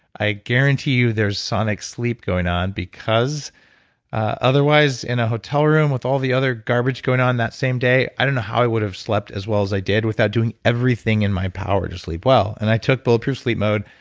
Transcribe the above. i guarantee you there's sonic sleep going on because otherwise in a hotel room with all the other garbage going on that same day, i don't know how i would've slept as well as i did without doing everything in my power to sleep well. and i took bulletproof sleep mode,